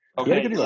Okay